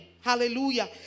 hallelujah